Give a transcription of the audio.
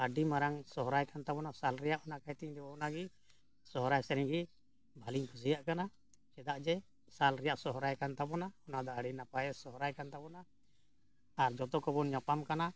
ᱟᱹᱰᱤ ᱢᱟᱨᱟᱝ ᱥᱚᱦᱨᱟᱭ ᱠᱟᱱ ᱛᱟᱵᱚᱱᱟ ᱥᱟᱞ ᱨᱮᱭᱟᱜ ᱚᱱᱟ ᱠᱷᱟᱹᱛᱤᱨ ᱛᱮ ᱤᱧ ᱫᱚ ᱚᱱᱟᱜᱮ ᱥᱚᱦᱨᱟᱭ ᱥᱮᱨᱮᱧ ᱜᱮ ᱵᱷᱟᱹᱞᱤᱧ ᱠᱩᱥᱤᱭᱟᱜ ᱠᱟᱱᱟ ᱪᱮᱫᱟᱜ ᱡᱮ ᱥᱟᱞ ᱨᱮᱭᱟᱜ ᱥᱚᱦᱨᱟᱭ ᱠᱟᱱ ᱛᱟᱵᱚᱱᱟ ᱚᱱᱟ ᱫᱚ ᱟᱹᱰᱤ ᱱᱟᱯᱟᱭᱮ ᱥᱚᱦᱨᱟᱭ ᱠᱟᱱ ᱛᱟᱵᱚᱱᱟ ᱟᱨ ᱡᱚᱛᱚ ᱠᱚᱵᱚᱱ ᱧᱟᱯᱟᱢ ᱠᱟᱱᱟ